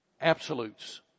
absolutes